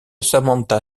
samantha